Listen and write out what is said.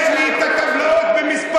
יש לי את הטבלאות במספרים.